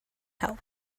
help